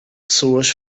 pessoas